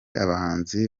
abahanzi